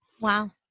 wow